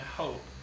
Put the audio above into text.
hope